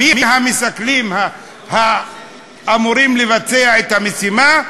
מי המסכלים האמורים לבצע את המשימה?